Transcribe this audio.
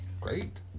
Great